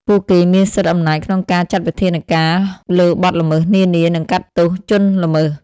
ពួកគេមានសិទ្ធិអំណាចក្នុងការចាត់វិធានការលើបទល្មើសនានា និងកាត់ទោសជនល្មើស។